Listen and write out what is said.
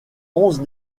onze